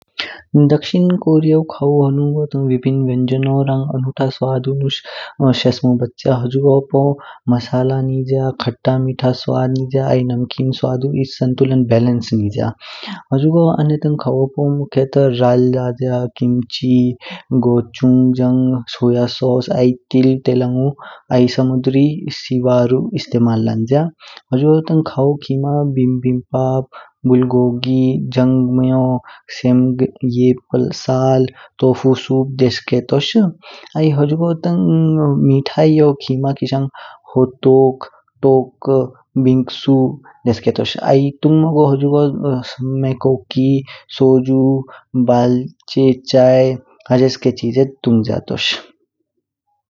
दक्षिण कोरयो खवू हुणु तांग विभिन्न वयंजनो रंग अनूठा स्वादु नूस शेषमो बच्या। हुजगो पू मसाला निज्या, खट्टा मीठा स्वाधु निज्या आई नमकीन स्वादु ई संतुलन बैलेंस निज्या। आने तांग खवूपू मुखयथ राल जज्या, kimchi, gochujang, soya sauce आई तेल तेलंगू, आई समुद्री सिवारू इस्तेमाल लंग्या। हुजगो तांग खवू खीमा बिनबिन पक, बोल गोगी जंग मायो, संग मैं पल साल, टोफू सूप देस्के तोष। आई हुजगो तांग मीठैयू खीमा किशांग होटोक, टोक, बिंसू देस्के तोष। आई तुंगमगो हुजगोस मेकोकी, सोजू, बल की चाय हजेके चीजे तुंग्या तोष।